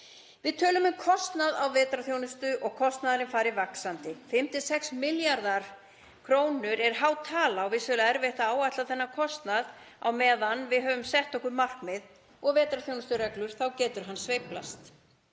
Við tölum um kostnað við vetrarþjónustu og að kostnaðurinn fari vaxandi. 5–6 milljarðar kr. er há tala og vissulega erfitt að áætla þennan kostnað. Á meðan við höfum sett okkur markmið og vetrarþjónustureglur þá getur hann sveiflast.